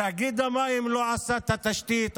תאגיד המים לא עשה את התשתית,